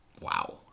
Wow